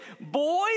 boys